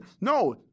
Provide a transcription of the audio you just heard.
No